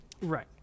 Right